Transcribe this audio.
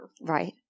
Right